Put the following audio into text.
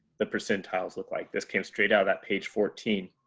the percentiles look like? this came straight out at page fourteen.